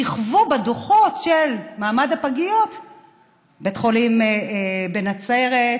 כיכבו בדוחות של מעמד הפגיות בית החולים בנצרת,